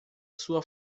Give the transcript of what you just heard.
sua